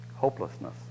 hopelessness